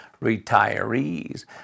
retirees